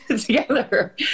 together